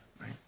right